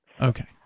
Okay